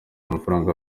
amafaranga